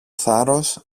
θάρρος